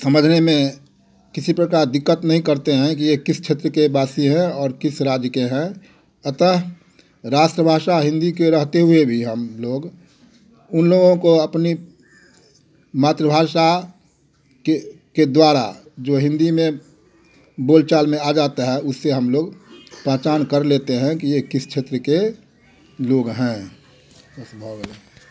समझने में किसी प्रकार दिक्कत नहीं करते हैं कि यह किस क्षेत्र के वासी है और किस राज्य के हैं अतः राष्ट्रभाषा हिंदी के रहते हुए भी हम लोग उन लोगों को अपनी मातृभाषा के के द्वारा जो हिंदी में बोलचाल में आ जाता है उससे हम लोग पहचान कर लेते हैं कि यह किस क्षेत्र के लोग हैं बस भाई